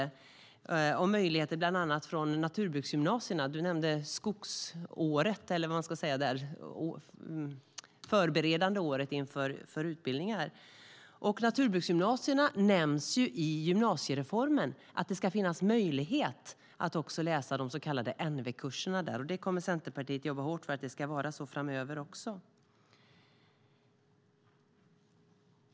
Det gäller möjligheter från bland annat naturbruksgymnasierna. Du nämnde skogsåret, eller vad man ska kalla det förberedande året inför utbildningar. Naturbruksgymnasierna nämns i gymnasiereformen, att det ska finnas möjlighet att läsa de så kallade NV-kurserna där. Centerpartiet kommer att jobba hårt för att det ska vara så också framöver.